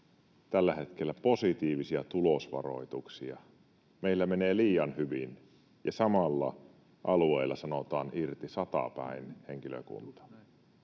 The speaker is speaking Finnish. tällä hetkellä positiivisia tulosvaroituksia — ”meillä menee liian hyvin” — ja samalla alueella sanotaan irti satapäin henkilökuntaa.